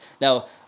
Now